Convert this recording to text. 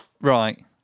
Right